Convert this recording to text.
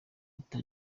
ati